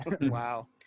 wow